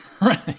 Right